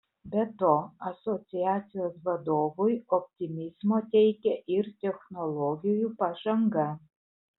be to asociacijos vadovui optimizmo teikia ir technologijų pažanga